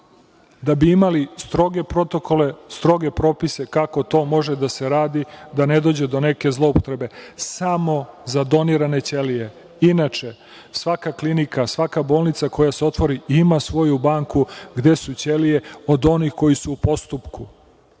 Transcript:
Da bi imali stroge protokole, stroge propise, kako to može da se radi da ne dođe do neke zloupotrebe. Samo za donirane ćelije. Inače, svaka klinika, svaka bolnica koja se otvori, ima svoju banku gde su ćelije od onih koji su u postupku.